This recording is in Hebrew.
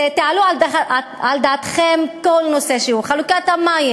תעלו על דעתכם כל נושא שהוא, חלוקת המים